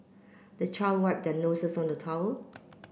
the child wipe the noses on the towel